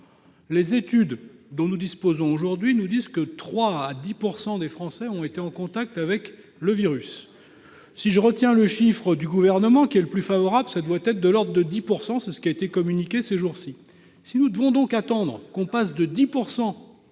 Les études dont nous disposons aujourd'hui indiquent que 3 % à 10 % des Français ont été en contact avec le virus. Si je retiens le chiffre du Gouvernement qui est le plus favorable, cela doit être de l'ordre de 10 %; c'est ce qui a été communiqué ces jours-ci. Si nous devons attendre de passer de 10